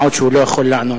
מה עוד שהוא לא יכול לענות.